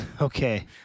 Okay